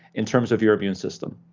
in terms of your immune system,